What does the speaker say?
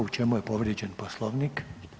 U čemu je povrijeđen Poslovnik?